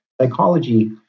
Psychology